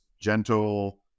gentle